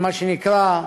מה שנקרא,